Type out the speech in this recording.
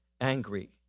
angry